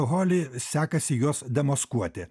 holi sekasi juos demaskuoti